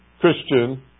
Christian